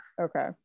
Okay